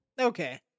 Okay